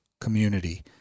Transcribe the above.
community